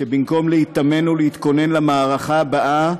שבמקום להתאמן ולהתכונן למערכה הבאה,